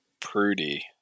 Prudy